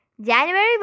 January